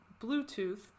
Bluetooth